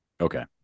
Okay